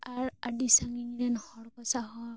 ᱟᱨ ᱟᱹᱰᱤ ᱥᱟᱺᱜᱤᱧ ᱨᱮᱱ ᱦᱚᱲ ᱠᱚ ᱥᱟᱶ ᱦᱚᱸ